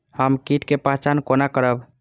हम कीट के पहचान कोना करब?